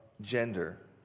gender